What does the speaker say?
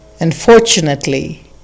Unfortunately